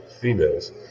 females